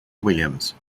williams